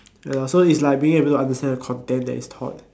ya lor so it's like being able to understand the content that is taught